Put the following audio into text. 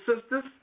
sisters